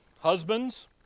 husbands